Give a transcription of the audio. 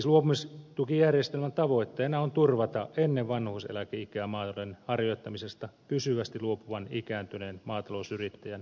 siis luopumistukijärjestelmän tavoitteena on turvata ennen vanhuuseläkeikää maatalouden harjoittamisesta pysyvästi luopuvan ikääntyneen maatalousyrittäjän toimeentulo